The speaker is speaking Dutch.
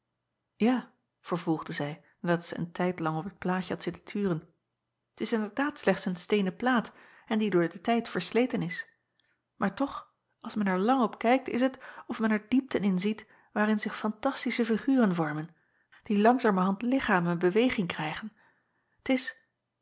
ja vervolgde zij nadat zij een tijd lang op het plaatje had zitten turen t is inderdaad slechts een steenen plaat en die door den tijd versleten is maar toch als men er lang op kijkt is het of men er diepten in ziet waarin zich fantastische figuren vormen die langzamerhand lichaam en beweging krijgen t is